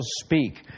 speak